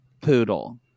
Poodle